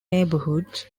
neighborhoods